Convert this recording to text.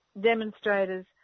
demonstrators